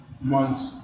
months